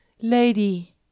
Lady